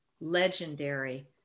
legendary